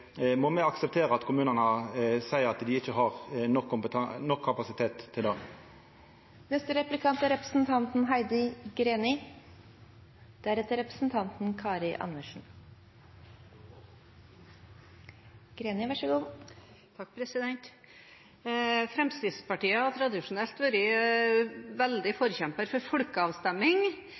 må me akseptera at kommunane seier at dei ikkje har nok kapasitet til det. Fremskrittspartiet har tradisjonelt vært en veldig forkjemper for